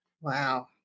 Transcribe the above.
Wow